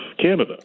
Canada